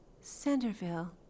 Centerville